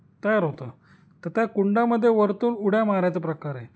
तयार होतं तर त्या कुंडामध्ये वरतून उड्या मारायचा प्रकार आहे